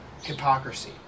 hypocrisy